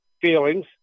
feelings